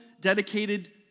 dedicated